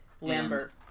Lambert